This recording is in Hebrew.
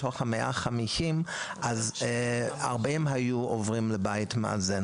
40 מתוך ה-150 כבר היו עוברים לבית מאזן,